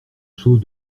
chose